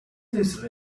these